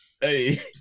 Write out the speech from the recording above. Hey